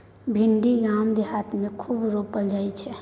भिंडी गाम देहात मे खूब रोपल जाई छै